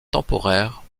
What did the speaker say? temporaire